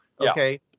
Okay